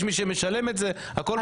יש מי שמשלם את זה הכל בסדר.